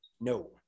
no